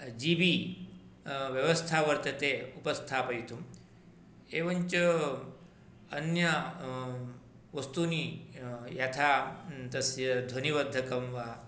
जी B व्यवस्था वर्तते उपस्थापयितुम् एवञ्च अन्य वस्तूनि यथा तस्य ध्वनिवर्धकं वा